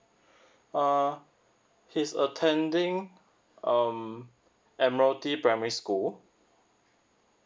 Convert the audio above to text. uh he's attending um admiralty primary school